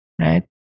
right